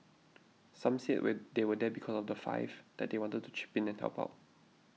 some said were they were there because of the five that they wanted to chip in and help out